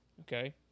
Okay